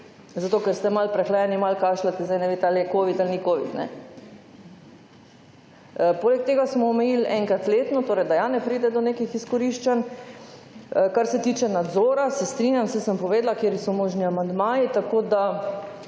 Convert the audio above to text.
zato, ker ste malo prehlajeni, malo kašljate, zdaj ne veste ali je covid ali ni covid. Poleg tega smo omejili enkrat letno, torej da ja ne pride do nekih izkoriščanj. Kar se tiče nadzora se strinjam, saj sem povedala, kateri so možni amandmaji. Tako, da